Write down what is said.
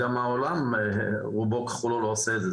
וגם העולם רובו ככולו לא עושה את זה,